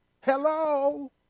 Hello